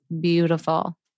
beautiful